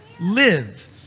live